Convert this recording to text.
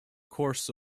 course